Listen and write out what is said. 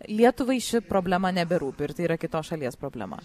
lietuvai ši problema neberūpi ir tai yra kitos šalies problema